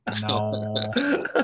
No